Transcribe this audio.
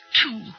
two